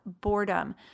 boredom